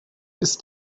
ist